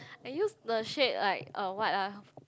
I use the shade like uh what ah